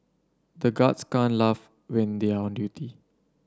the guards can't laugh when they are on duty